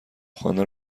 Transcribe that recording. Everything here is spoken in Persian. خواندن